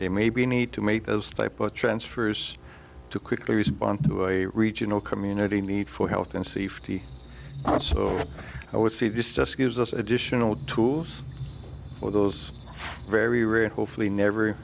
they maybe need to meet those type of transfers to quickly respond to a regional community need for health and safety also i would say this just gives us additional tools for those very rare and hopefully never